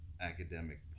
academic